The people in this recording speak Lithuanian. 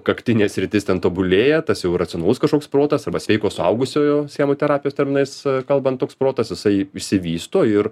kaktinė sritis ten tobulėja tas jau racionalus kažkoks protas arba sveiko suaugusiojo schemų terapijos terminais kalbant toks protas jisai išsivysto ir